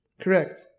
Correct